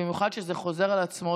במיוחד כשזה חוזר על עצמו.